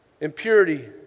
Impurity